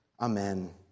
Amen